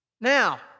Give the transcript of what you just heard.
Now